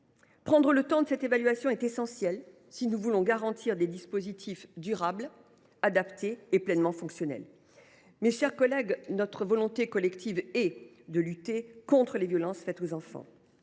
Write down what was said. Prendre le temps de cette évaluation est essentiel si nous voulons garantir des dispositifs durables, adaptés et pleinement fonctionnels. Mes chers collègues, notre volonté collective est de lutter contre les violences faites aux enfants.